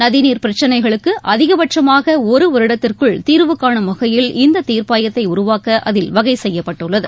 நதிநீர் பிரச்னைகளுக்கு அதிகபட்சமாக ஒருவருடத்திற்குள் தீர்வு காணும் வகையில் இந்த தீர்ப்பாயத்தை உருவாக்க அதில் வகை செய்யப்பட்டுள்ளது